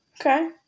Okay